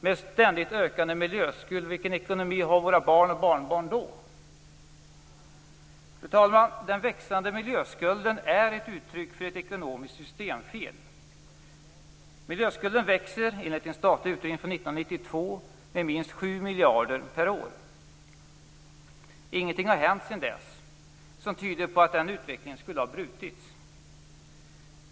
Med en ständigt ökande miljöskuld, vilken ekonomi har våra barn och barnbarn då? Fru talman! Den växande miljöskulden är ett uttryck för ett ekonomiskt systemfel. Miljöskulden växer, enligt en statlig utredning från 1992, med minst 7 miljarder per år. Ingenting har hänt sedan dess som tyder på att utvecklingen skulle ha brutits.